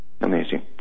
amazing